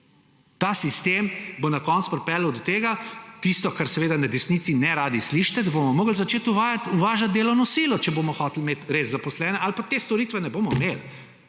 Ta sistem bo na koncu pripeljal do tega, tisto, kar seveda na desnici neradi slišite, da bomo morali začeti uvažati delovno silo, če bomo hoteli imeti res zaposlene, ali pa te storitve ne bomo imeli,